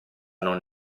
non